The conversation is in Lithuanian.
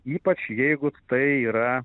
ypač jeigu tai yra